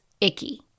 icky